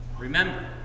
Remember